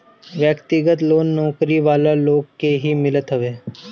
व्यक्तिगत लोन नौकरी वाला लोग के ही मिलत हवे